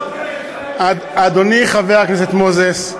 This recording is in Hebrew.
אדוני חבר הכנסת מוזס,